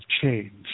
change